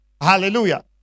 Hallelujah